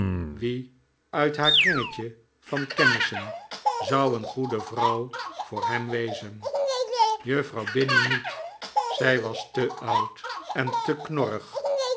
wie uit haar kringetje van kennissen zou een goede vrouw voor hem wezen juffrouw binny niet zij was te oud en te knorrig